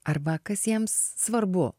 arba kas jiems svarbu